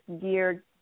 Geared